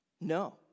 No